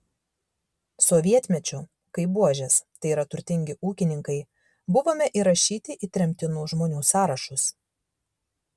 sovietmečiu kaip buožės tai yra turtingi ūkininkai buvome įrašyti į tremtinų žmonių sąrašus